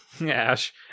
ash